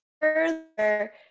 further